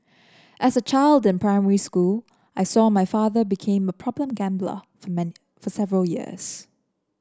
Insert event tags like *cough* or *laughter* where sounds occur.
as a child in primary school I saw my father became a problem gambler for *unintelligible* for several years